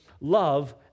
love